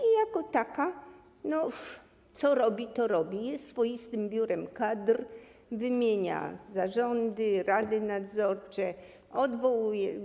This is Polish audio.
I jako taka co robi, to robi: jest swoistym biurem kadr, wymienia zarządy, rady nadzorcze, odwołuje.